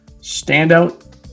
standout